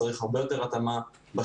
צריכה להיות הרבה יותר התאמה בשטח